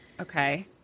okay